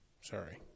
sorry